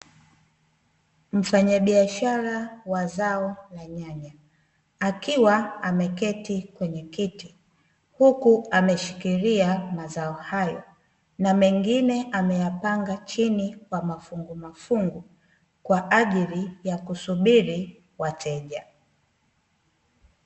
Mfanyabiashara wa zao la nyanya akiwa ameketi kwenye kiti, huku ameshikilia mazao hayo na mengine ameyapanga chini kwa mafungumafungu, kwa ajili ya kusubiri wateja.